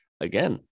again